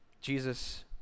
Jesus